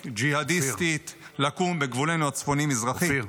ג'יהאדיסטית לקום בגבולנו הצפוני-מזרחי.